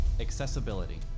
Accessibility